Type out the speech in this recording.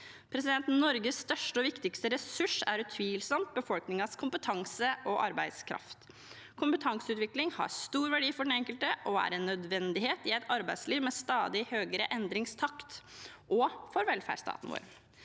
arbeidsoppgavene. Norges største og viktigste ressurs er utvilsomt befolkningens kompetanse og arbeidskraft. Kompetanseutvikling har stor verdi for den enkelte og er en nødvendighet i et arbeidsliv med stadig høyere endringstakt og for velferdsstaten vår.